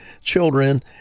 children